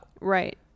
Right